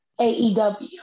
AEW